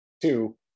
two